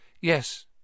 Yes